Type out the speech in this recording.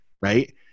right